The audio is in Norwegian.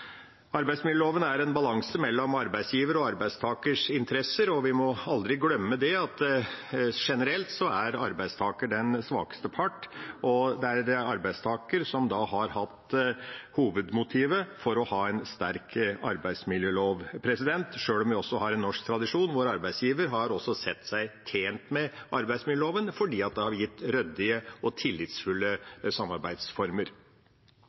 Arbeidsmiljøloven er en balanse mellom arbeidsgivers og arbeidstakers interesser, og vi må aldri glemme at generelt sett er arbeidstaker den svakeste part. Det er arbeidstaker som har hatt hovedmotivet for å ha en sterk arbeidsmiljølov, sjøl om vi også har en norsk tradisjon hvor arbeidsgiver også har sett seg tjent med arbeidsmiljøloven fordi det har gitt ryddige og